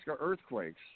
earthquakes